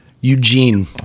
Eugene